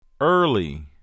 early